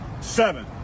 Seven